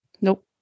Nope